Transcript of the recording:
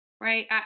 right